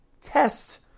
Test